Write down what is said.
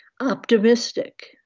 optimistic